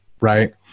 right